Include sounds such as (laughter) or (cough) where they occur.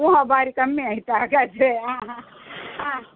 (unintelligible) ಭಾರಿ ಕಮ್ಮಿ ಆಯ್ತಾ ಹಾಗಾದರೆ ಹಾಂ ಹಾಂ ಹಾಂ